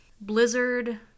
Blizzard